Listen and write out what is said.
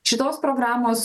šitos programos